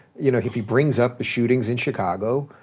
you know if he brings up the shootings in chicago,